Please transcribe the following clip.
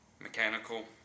mechanical